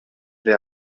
vais